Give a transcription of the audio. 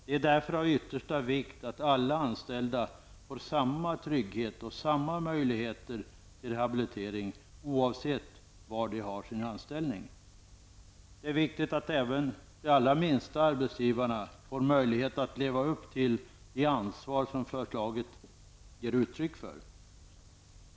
Det är därför av yttersta vikt att alla anställda får samma trygghet och samma möjligheter till rehabilitering oavsett var de har sin anställning. Det är viktigt att även de allra minsta arbetsgivarna får möjlighet att leva upp till det ansvar som förslaget ger uttryck för.